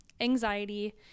anxiety